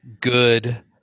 good